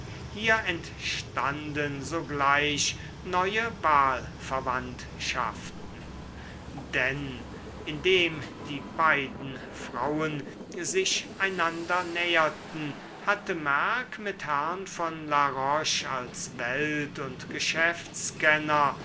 hier entstanden sogleich neue wahlverwandtschaften denn indem die beiden frauen sich einander näherten hatte merck mit herrn von la roche als welt und geschäftskenner